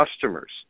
customers